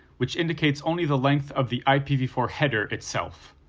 which indicates only the length of the i p v four header itself.